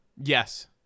Yes